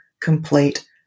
complete